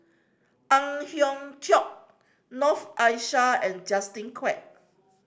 Ang Hiong Chiok Noor Aishah and Justin Quek